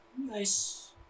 Nice